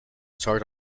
sort